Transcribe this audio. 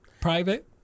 private